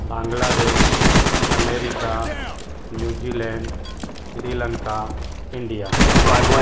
Bangladesh America New Zealand Sri Lanka India